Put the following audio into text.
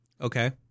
okay